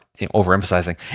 overemphasizing